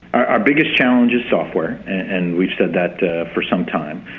our biggest challenge is software and we've said that for some time.